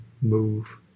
move